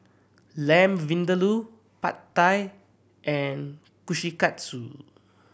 Lamb Vindaloo Pad Thai and Kushikatsu